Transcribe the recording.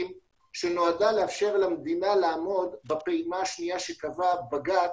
שנועדה לאפשר למדינה לעמוד בפעימה השנייה שקבע בג"ץ,